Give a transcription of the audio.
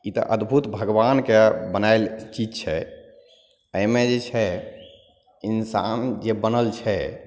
ई तऽ अद्भुत भगबानके बनायल चीज छै एहिमे जे छै इंसान जे बनल छै